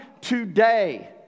today